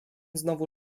znowu